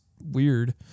weird